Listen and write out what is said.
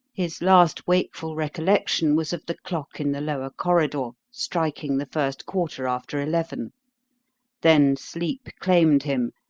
his last wakeful recollection was of the clock in the lower corridor striking the first quarter after eleven then sleep claimed him,